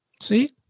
See